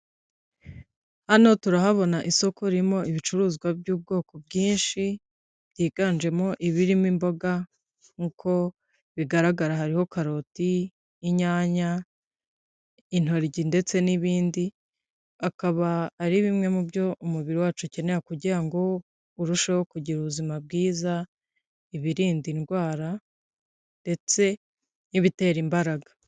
Hano turahabona isoko ririmo ibicuruzwa by'ubwoko bwinshi, byiganjemo ibirimo imboga, nkuko bigaragara hariho karoti, inyanya, intoryi ndetse n'ibindi, akaba ari bimwe mu byo umubiri wacu ukenera kugira ngo urusheho kugira ubuzima bwiza, ibirinda indwara ndetse n'ibitera imbaraga.